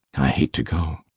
i hate to go.